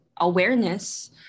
awareness